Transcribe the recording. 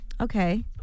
Okay